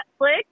Netflix